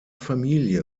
familie